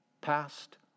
passed